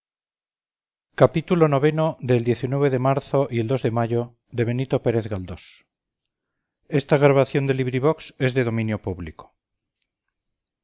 xxvi xxvii xxviii de marzo y el de mayo de benito pérez